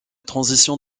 transition